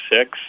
six